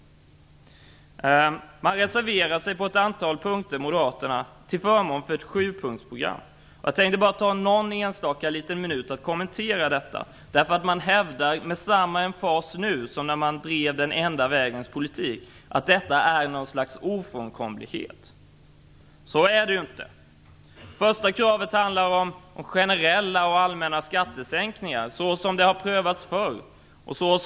Moderaterna reserverar sig på ett antal punkter till förmån för ett sjupunktsprogram. Jag skall kommentera detta något. Man hävdar med samma emfas nu som när man drev den enda vägens politik att detta är något slags ofrånkomlighet. Så är det inte. Det första kravet handlar om generella och allmäna skattesänkningar, såsom det har prövats förr.